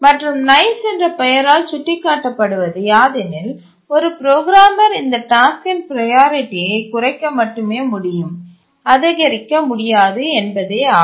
மற்றும் nice என்ற பெயரால் சுட்டிக்காட்டப்படுவது யாதெனில் ஒரு புரோகிராமர் இந்த டாஸ்க்கின் ப்ரையாரிட்டியை குறைக்க மட்டுமே முடியும் அதிகரிக்க முடியாது என்பதேயாகும்